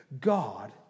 God